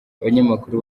abanyamakuru